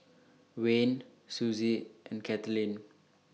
Wayne Suzy and Kathaleen